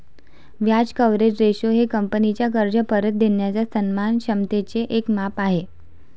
व्याज coverage ratio हे कंपनीचा कर्ज परत देणाऱ्या सन्मान क्षमतेचे एक माप आहे